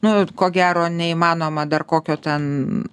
nu ko gero neįmanoma dar kokio ten